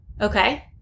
okay